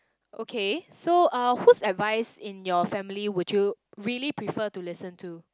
okay so uh who's advice in your family would you really prefer to listen to